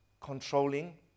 controlling